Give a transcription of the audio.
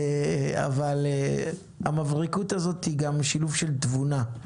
אבל המבריקות הזו היא גם שילוב של תבונה.